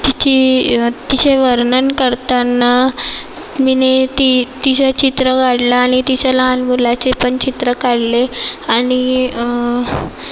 तिची तिचे वर्णन करतांना मी ती तिचे चित्र काढलं आणि तिच्या लहान मुलाचे पण चित्र काढले आणि